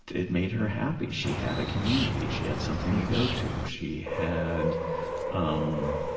it made her happy, she had a community, she had something to go to. she had um